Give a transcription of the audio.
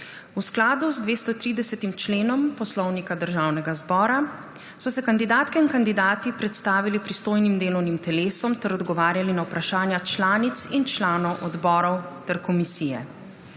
V skladu s 230. členom Poslovnika Državnega zbora so se kandidatke in kandidati predstavili pristojnim delovnim telesom ter odgovarjali na vprašanja članic in članov odborov ter komisije.